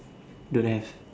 don't have